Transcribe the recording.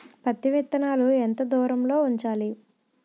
పత్తి విత్తనాలు ఎంత దూరంలో ఉంచాలి?